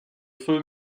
feu